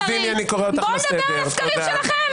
נעמה לזימי, אני קורא אותך לסדר, תודה.